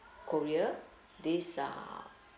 korea this ah